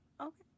Okay